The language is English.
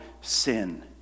sin